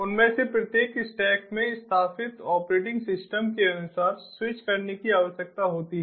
उनमें से प्रत्येक स्टैक में स्थापित ऑपरेटिंग सिस्टम के अनुसार स्विच करने की आवश्यकता होती है